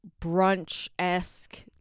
brunch-esque